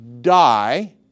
die